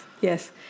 Yes